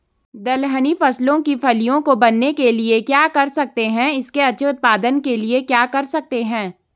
दलहनी फसलों की फलियों को बनने के लिए क्या कर सकते हैं इसके अच्छे उत्पादन के लिए क्या कर सकते हैं?